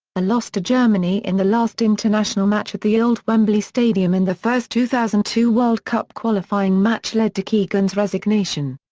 a loss to germany in the last international match at the old wembley stadium in the first two thousand and two world cup qualifying match led to keegan's resignation.